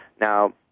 Now